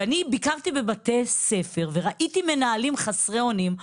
ואני ביקרתי בבתי ספר וראיתי מנהלים חסרי אונים,